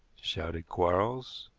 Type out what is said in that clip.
shouted quarles.